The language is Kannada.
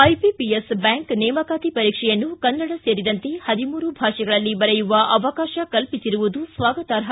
ಐಬಿಪಿಎಸ್ ಬ್ಯಾಂಕ್ ನೇಮಕಾತಿ ಪರೀಕ್ಷೆಯನ್ನು ಕನ್ನಡ ಸೇರಿದಂತೆ ಪದಿಮೂರು ಭಾಷೆಗಳಲ್ಲಿ ಬರೆಯುವ ಅವಕಾಶ ಕಲ್ಪಿಸಿರುವುದು ಸ್ವಾಗತಾರ್ಹ